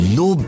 no